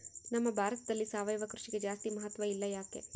ನಮ್ಮ ಭಾರತದಲ್ಲಿ ಸಾವಯವ ಕೃಷಿಗೆ ಜಾಸ್ತಿ ಮಹತ್ವ ಇಲ್ಲ ಯಾಕೆ?